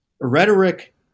rhetoric